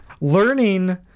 Learning